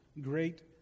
great